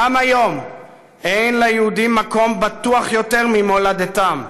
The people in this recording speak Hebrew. גם היום אין ליהודים מקום בטוח יותר ממולדתם,